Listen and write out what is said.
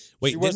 Wait